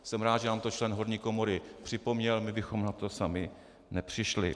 Jsem rád, že nám to člen horní komory připomněl, my bychom na to sami nepřišli.